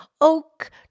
oak